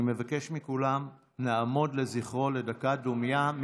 אני מבקש מכולם לעמוד לזכרו לדקת דומייה.